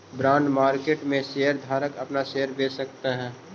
bond market में share धारक अपना शेयर बेच सकऽ हई